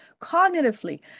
cognitively